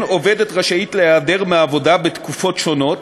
עובדת רשאית להיעדר מהעבודה בתקופות שונות,